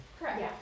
Correct